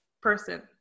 person